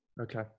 Okay